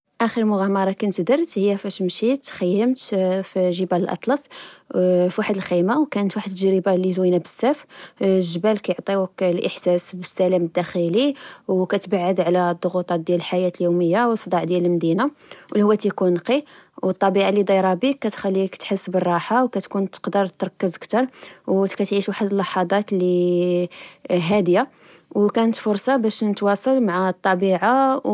آخر مغامرة كنت درت هي فاش مشيت خيمت في جبال الأطلس في واحد الخيمة، وكانت واحد التجربةلزوينة بزاف. الجبال كيعطيوك الإحساس بالسلام الداخلي، و كتبعُد. على الضغوطات ديال الحياة اليومية والصداع ديال المدينة. الهواء تكون نقي والطبيعة لدايرة بيك كتخليك تحس بالراحة، وكتكون تقدر تركز كتر وكتعيش واحد اللحظات لي هادية بعيد عن الضوضاء. كانت فرصة باش نتواصل مع الطبيعة